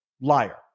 liar